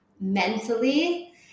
mentally